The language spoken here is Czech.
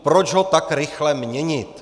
Proč ho tak rychle měnit?